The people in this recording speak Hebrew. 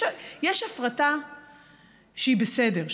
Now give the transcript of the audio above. יש הפרטה שהיא בסדר,